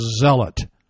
zealot